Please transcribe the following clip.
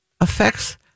affects